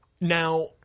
Now –